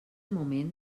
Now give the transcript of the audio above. moment